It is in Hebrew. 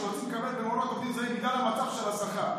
שרוצים לקבל למעונות עובדים זרים בגלל המצב של השכר.